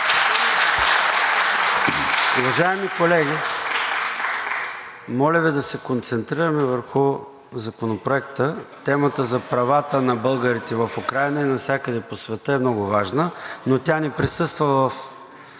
Уважаеми колеги, моля Ви да се концентрираме върху Законопроекта. Темата за правата на българите в Украйна и навсякъде по света е много важна, но тя не присъства в